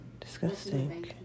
Disgusting